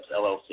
LLC